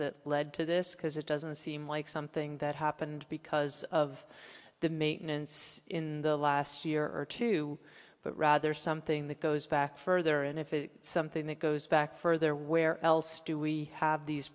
that led to this because it doesn't seem like something that happened because of the maintenance in the last year or two but rather something that goes back further and if something that goes back further where else do we have these